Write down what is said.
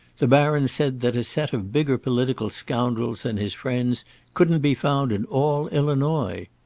the baron said that a set of bigger political scoundrels than his friends couldn't be found in all illinois.